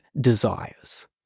desires